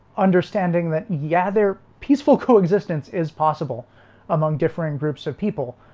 understanding that yeah, their peaceful coexistence is possible among differing groups of people.